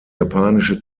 japanische